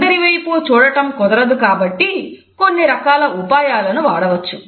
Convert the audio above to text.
అందరి వైపు చూడడం కుదరదు కాబట్టి కొన్ని రకాల ఉపాయాలను వాడవచ్చు